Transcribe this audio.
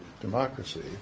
democracy